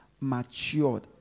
matured